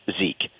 Zeke